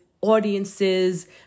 audiences